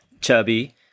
Chubby